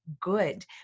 good